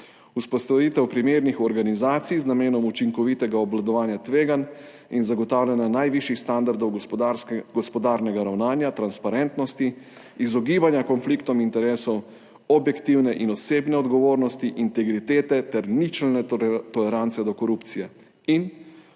Vzpostavitev primernih organizacij z namenom učinkovitega obvladovanja tveganj in zagotavljanja najvišjih standardov gospodarnega ravnanja, transparentnosti, izogibanja konfliktom interesov, objektivne in osebne odgovornosti, integritete ter ničelne tolerance do korupcije in poziv